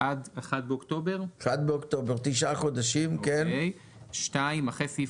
יבוא "עד 1 באוקטובר 2022"; אחרי סעיף